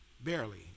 Barely